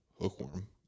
hookworm